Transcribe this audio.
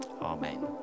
Amen